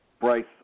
Bryce